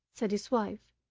said his wife,